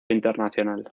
internacional